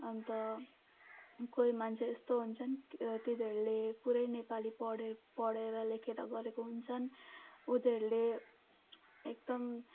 अन्त कोही मान्छे यस्तो हुन्छन् तिनीहरूले पुरै नेपाली पढे पढेर लेखेर गरेको हुन्छन् उनीहरूले एकदम